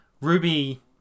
Ruby